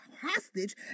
hostage